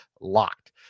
locked